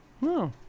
No